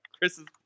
Chris's